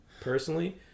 personally